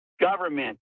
Government